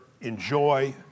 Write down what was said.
enjoy